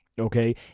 Okay